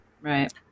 Right